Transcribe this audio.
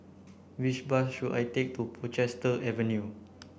which bus should I take to Portchester Avenue